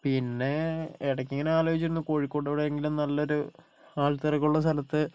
പിന്നെ ഇടയ്ക്കിങ്ങനെ ആലോചിച്ചിരുന്നു കോഴിക്കോട് എവിടെയെങ്കിലും നല്ലൊരു ആൾത്തിരക്കുള്ള സ്ഥലത്ത്